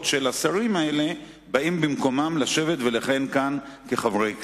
של השרים האלה באים במקומם לשבת ולכהן כאן כחברי הכנסת.